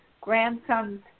grandson's